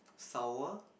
sour